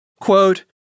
Quote